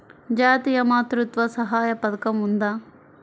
జాతీయ మాతృత్వ సహాయ పథకం ఉందా?